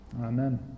amen